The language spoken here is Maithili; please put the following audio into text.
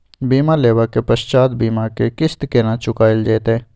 बीमा लेबा के पश्चात बीमा के किस्त केना चुकायल जेतै?